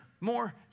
more